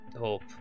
hope